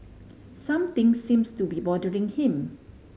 something seems to be bothering him